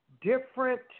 different